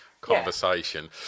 conversation